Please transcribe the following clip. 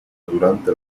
durante